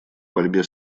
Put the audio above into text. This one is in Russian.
борьбе